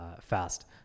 fast